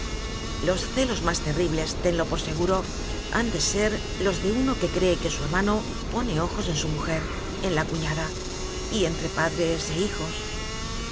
los celos más terribles tenlo por seguro han de ser los de uno que cree que su hermano pone ojos en su mujer en la cu ñada y entre padres e hijos